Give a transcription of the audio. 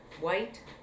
white